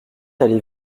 allez